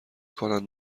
کنند